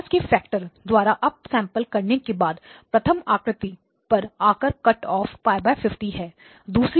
50 के फैक्टर द्वारा up sampling करने के बाद प्रथम आकृति पर आकर कट ऑफ π50 है